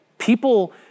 People